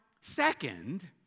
second